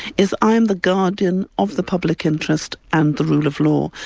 is i'm the guardian of the public interest and the rule of law.